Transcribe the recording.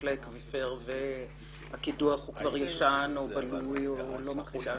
לאקוויפר והקידוח הוא כבר ישן או בלוי או לא מחודש.